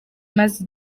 imaze